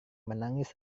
menangis